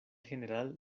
general